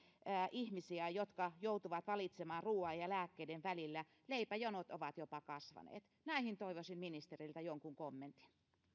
ihmisiä jotka joutuvat valitsemaan ruoan ja lääkkeiden välillä leipäjonot ovat jopa kasvaneet näihin toivoisin ministeriltä jonkun kommentin